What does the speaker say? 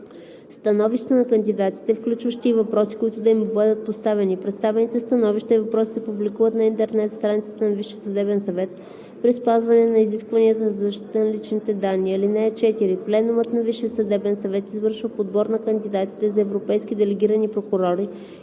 становища за кандидатите, включващи и въпроси, които да им бъдат поставяни. Представените становища и въпроси се публикуват на интернет страницата на Висшия съдебен съвет при спазване на изискванията за защита на личните данни. (4) Пленумът на Висшия съдебен съвет извършва подбор на кандидатите за европейски делегирани прокурори